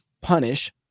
punish